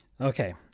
Okay